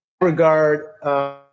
regard